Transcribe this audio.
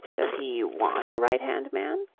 does he want a right-hand man?